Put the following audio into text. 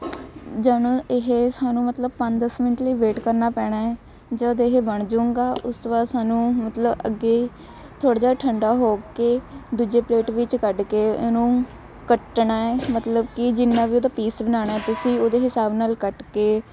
ਜਦ ਨੂੰ ਇਹ ਸਾਨੂੰ ਮਤਲਬ ਪੰਜ ਦਸ ਮਿੰਟ ਲਈ ਵੇਟ ਕਰਨਾ ਪੈਣਾ ਏ ਜਦ ਇਹ ਬਣਜੂੰਗਾ ਉਸ ਤੋਂ ਬਾਅਦ ਸਾਨੂੰ ਮਤਲਬ ਅੱਗੇ ਥੋੜ੍ਹਾ ਜਿਹਾ ਠੰਡਾ ਹੋ ਕੇ ਦੂਜੇ ਪਲੇਟ ਵਿੱਚ ਕੱਢ ਕੇ ਇਹਨੂੰ ਕੱਟਣਾ ਏ ਮਤਲਬ ਕਿ ਜਿੰਨਾ ਵੀ ਉਹਦਾ ਪੀਸ ਬਣਾਉਣਾ ਤੁਸੀਂ ਉਹਦੇ ਹਿਸਾਬ ਨਾਲ਼ ਕੱਟ ਕੇ